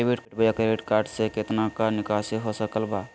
Debit बोया credit card से कितना का निकासी हो सकल बा?